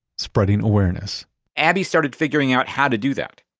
spreading awareness abbey started figuring out how to do that,